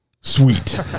sweet